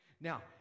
now